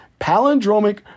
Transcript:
Palindromic